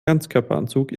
ganzkörperanzug